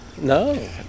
No